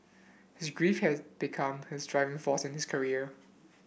his grief had become his driving force in his career